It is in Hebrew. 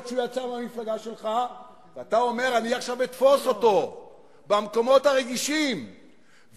אני הייתי עכשיו בקטע של ניסיון לשכנע את הציבור שזה לא חוק שמחשק אותי,